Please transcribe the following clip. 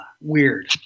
weird